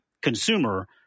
consumer